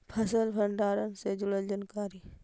फसल भंडारन से जुड़ल जानकारी?